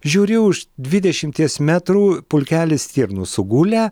žiūri už dvidešimties metrų pulkelis stirnų sugulę